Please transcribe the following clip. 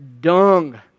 dung